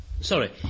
sorry